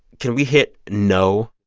can we hit know?